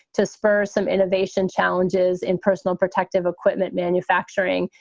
to spur some innovation challenges in personal protective equipment, manufacturing,